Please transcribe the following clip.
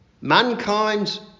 mankind's